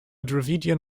dravidian